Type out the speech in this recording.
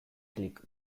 klik